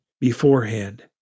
beforehand